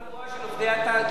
השכר הגבוה של עובדי התאגידים.